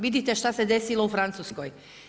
Vidite šta se desilo u Francuskoj.